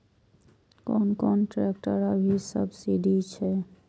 कोन कोन ट्रेक्टर अभी सब्सीडी छै?